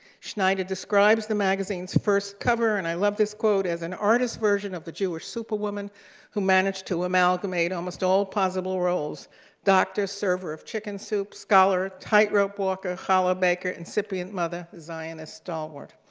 schneider describes the magazine's first cover, and i love this quote, as an artist's version of the jewish superwoman who managed to amalgamate almost all possible roles doctor, server of chicken soups, scholar, tightrope walker, challah baker, and sapient mother zionist stalwart.